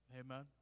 Amen